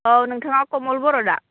औ नोंथाङा कमल बर' दा